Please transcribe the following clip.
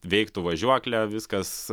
veiktų važiuoklė viskas